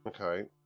Okay